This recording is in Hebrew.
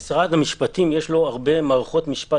משרד המשפטים יש לו הרבה מערכות משפט